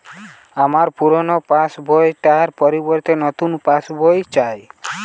আমার পুরানো পাশ বই টার পরিবর্তে নতুন পাশ বই চাই